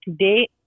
today